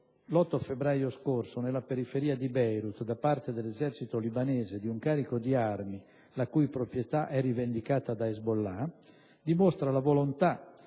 l'8 febbraio scorso nella periferia di Beirut da parte dell'esercito libanese di un carico di armi la cui proprietà è rivendicata da Hezbollah dimostra la volontà